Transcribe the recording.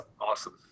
awesome